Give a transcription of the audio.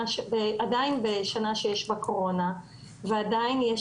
עדיין בשנה שיש בה קורונה ועדיין יש